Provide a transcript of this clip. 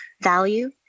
value